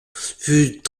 fut